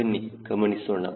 ಬನ್ನಿ ಗಮನಿಸೋಣ